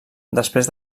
després